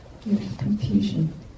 confusion